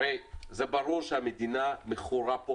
הרי זה ברור שהמדינה מכורה פה